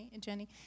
Jenny